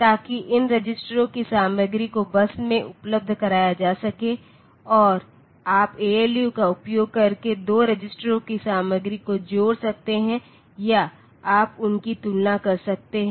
ताकि इन रजिस्टरों की सामग्री को बस में उपलब्ध कराया जा सके और आप ALU का उपयोग करके दो रजिस्टरों की सामग्री को जोड़ सकते हैं या आप उनकी तुलना कर सकते हैं